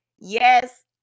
yes